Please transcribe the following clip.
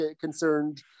concerned